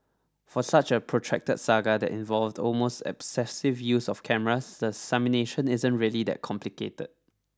for such a protracted saga that involved almost obsessive use of cameras the isn't really that complicated